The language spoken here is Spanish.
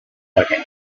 argentina